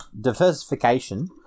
Diversification